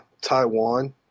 Taiwan